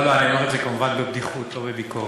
לא לא, אני אומר את זה כמובן בבדיחות, לא בביקורת.